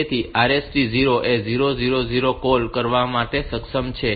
તેથી RST 0 એ 0 0 0 0 call કરવા માટે સમકક્ષ છે